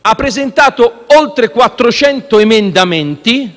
ha presentato oltre 400 emendamenti